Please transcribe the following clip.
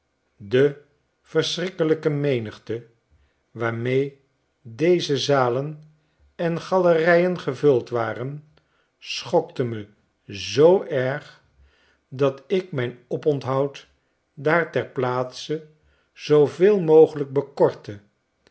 de verschrikkelijke menigte waarmee deze zalen en galerijen gevuld waren schokte me zoo erg dat ik mijn oponthoud daar ter plaatse zooveel mogelyk bekortte